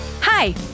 Hi